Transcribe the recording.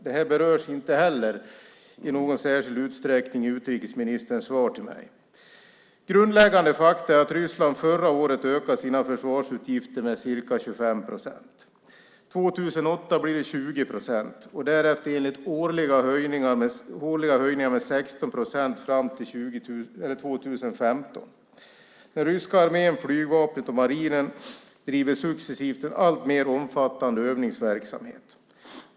Det här berörs inte heller i någon särskild utsträckning i utrikesministerns svar till mig. Grundläggande fakta är att Ryssland förra året ökade sina försvarsutgifter med ca 25 procent. År 2008 blir det 20 procent och därefter årliga höjningar med 16 procent fram till 2015. Den ryska armén, flygvapnet och marinen bedriver successivt en alltmer omfattande övningsverksamhet.